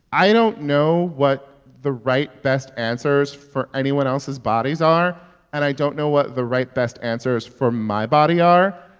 i don't know what the right best answers for anyone else's bodies are. and i don't know what the right best answers for my body are.